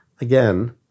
again